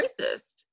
racist